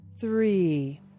Three